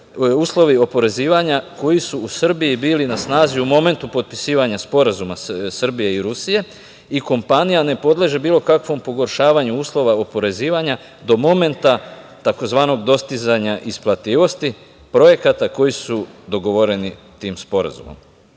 uslovi oporezivanja koji su u Srbiji bili na snazi u momentu potpisivanja sporazuma Srbije i Rusije i kompanija ne podleže bilo kakvom pogoršavanju uslova oporezivanja do momenta tzv. isplativosti, projekata koji su dogovoreni tim sporazumom.Međutim,